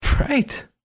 Right